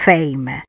Fame